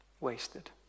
wasted